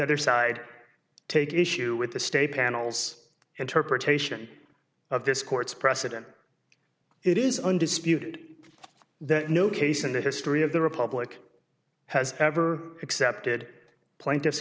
other side take issue with the state panel's interpretation of this court's precedent it is undisputed that no case in the history of the republic has ever accepted plaint